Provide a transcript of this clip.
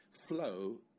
flow